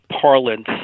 parlance